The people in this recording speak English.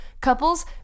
Couples